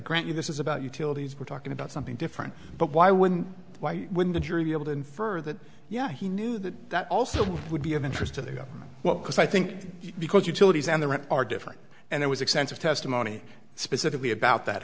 grant you this is about utilities we're talking about something different but why wouldn't why wouldn't a jury be able to infer that yeah he knew that that also would be of interest to the government well because i think because utilities and the rent are different and it was expensive testimony specifically about that